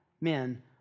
men